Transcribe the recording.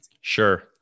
Sure